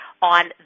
on